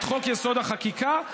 את חוק-יסוד: החקיקה,